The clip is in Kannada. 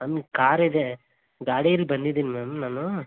ನನ್ನ ಕಾರಿದೆ ಗಾಡೀಲಿ ಬಂದಿದ್ದೀನಿ ಮ್ಯಾಮ್ ನಾನು